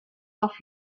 off